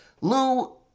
Lou